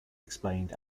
explained